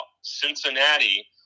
Cincinnati